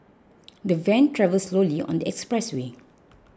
the van travelled slowly on the expressway